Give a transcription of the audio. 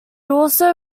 also